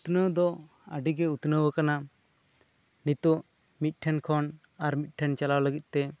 ᱩᱛᱱᱟᱹᱣ ᱫᱚ ᱟᱹᱰᱤ ᱜᱮ ᱩᱛᱱᱟᱹᱣ ᱟᱠᱟᱱᱟ ᱱᱤᱛᱚᱜ ᱢᱤᱫ ᱴᱷᱮᱱ ᱠᱷᱚᱱ ᱟᱨ ᱢᱤᱫ ᱴᱷᱮᱱ ᱪᱟᱞᱟᱣ ᱞᱟᱹᱜᱤᱫ ᱛᱮ